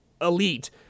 elite